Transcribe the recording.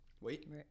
Wait